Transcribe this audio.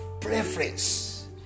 preference